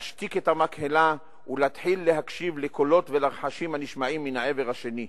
להשתיק את המקהלה ולהתחיל להקשיב לקולות ולרחשים הנשמעים מן העבר השני.